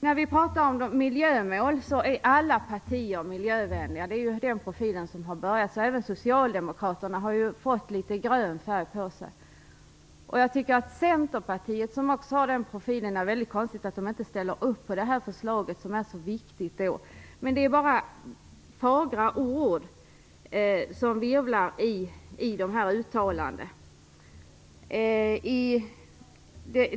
När vi talar om miljömål är alla partier miljövänliga. Det är den profil man har. Även Socialdemokraterna har fått litet grön färg på sig. Centerpartiet har också den profilen. Det är väldigt konstigt att man inte ställer sig bakom detta förslag, som är så viktigt. Men det är bara fagra ord som virvlar i dessa uttalanden.